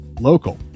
local